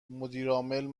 مدیرعامل